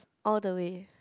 all the way